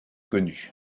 connu